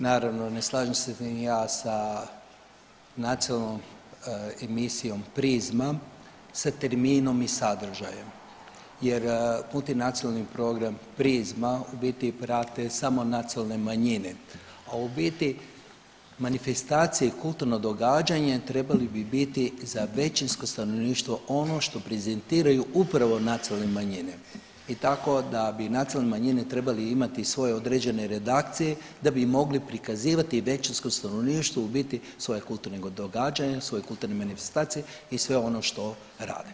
Naravno, ne slažem se ni ja sa nacionalnom emisijom Prizma sa terminom i sadržajem jer multinacionalni program Prizma u biti prate samo nacionalne manjine, a u biti manifestacije i kulturna događanja trebali bi biti za većinsko stanovništvo ono što prezentiraju upravo nacionalne manjine i tako da bi nacionalne manjine trebale imati svoje određene redakcije da bi mogli prikazivati većinskom stanovništvu u biti svoja kulturna događanja, svoje kulturne manifestacije i sve ono što rade.